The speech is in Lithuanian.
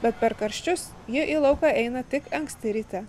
bet per karščius ji į lauką eina tik anksti ryte